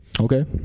Okay